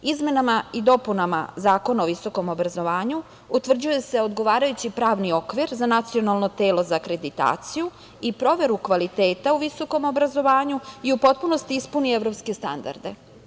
Izmenama i dopunama Zakona o visokom obrazovanju utvrđuje se odgovarajući pravni okvir za nacionalno telo za akreditaciju i proveru kvaliteta u visokom obrazovanju i u potpunosti ispuni evropske standarde.